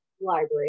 library